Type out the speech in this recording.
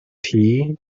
tea